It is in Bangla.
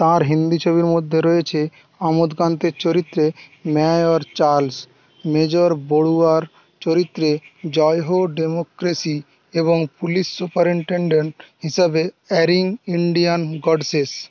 তার হিন্দি ছবির মধ্যে রয়েছে আমোদকান্তের চরিত্রে ম্যায় অর চার্লস মেজর বড়ুয়ার চরিত্রে জয় হো ডেমোক্রেসি এবং পুলিশ সুপারেনটেনডেন্ট হিসাবে অ্যাংরি ইন্ডিয়ান গডসেস